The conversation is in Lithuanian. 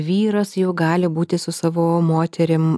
vyras jau gali būti su savo moterim